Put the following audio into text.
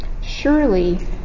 Surely